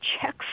checks